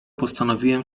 postanowiłem